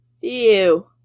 Ew